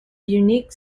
unique